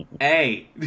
Hey